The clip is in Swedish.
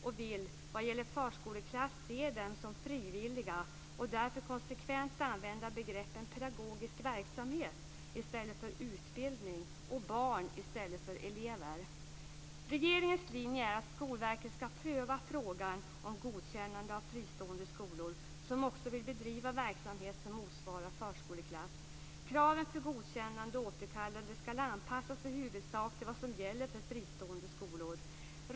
Vi vill se förskoleklassen som något frivilligt och därför konsekvent använda begreppen pedagogisk verksamhet i stället för utbildning och barn i stället för elever. Regeringens linje är att Skolverket skall pröva frågan om godkännande av fristående skolor som också vill bedriva verksamhet som motsvarar förskoleklass. Kraven för godkännande och återkallande skall i huvudsak anpassas till vad som gäller för fristående skolor.